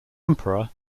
emperor